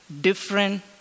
different